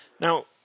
Now